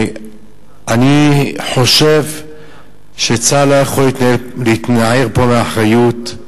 אני חושב שצה"ל לא יכול להתנער פה מאחריות.